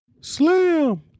Slam